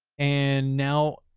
and now.